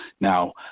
Now